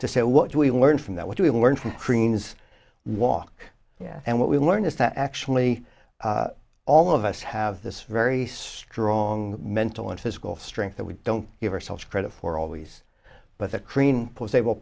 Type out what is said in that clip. to say what do we learn from that what do we learn from crean's walk yeah and what we learn is that actually all of us have this very strong mental and physical strength that we don't give ourselves credit for always but that crean they will